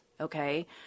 okay